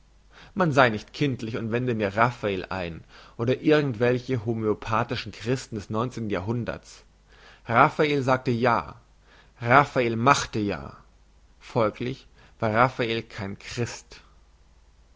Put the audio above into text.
man sei nicht kindlich und wende mir raffael ein oder irgend welche homöopathische christen des neunzehnten jahrhunderts raffael sagte ja raffael machte ja folglich war raffael kein christ